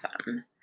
awesome